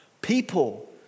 people